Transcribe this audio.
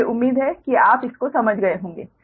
मुझे उम्मीद है कि आप इस को समझ गए होंगे